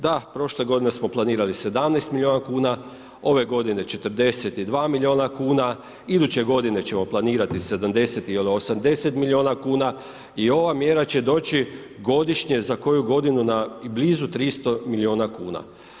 Da, prošle godine smo planirali 17 milijuna kuna, ove godine 42 milijuna kuna, iduće godine ćemo planirati 70 ili 80 milijuna kuna i ova mjera će doći godišnje za koju godinu blizu 300 milijuna kuna.